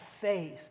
faith